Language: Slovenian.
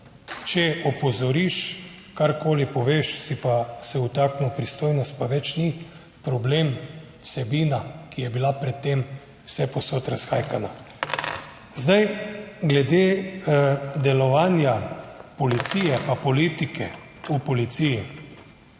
če opozoriš, karkoli poveš, si pa se vtaknil, pristojnost pa več ni problem, vsebina, ki je bila pred tem vsepovsod razhajkana. Zdaj, glede delovanja policije pa politike v policiji,